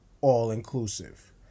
all-inclusive